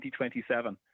2027